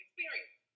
experience